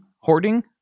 hoarding